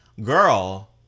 girl